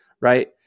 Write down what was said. right